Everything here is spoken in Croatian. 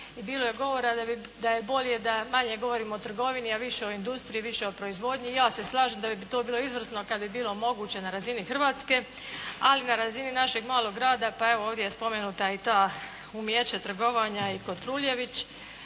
i bilo je govora da je bolje da manje govorimo o trgovini, a više o industriji, više o proizvodnji. I ja se slažem da bi to bilo izvrsno kad bi bilo moguće na razini Hrvatske. Ali na razini našeg malog grada, pa evo ovdje je spomenuta i ta umijeće trgovanja i Kotruljević.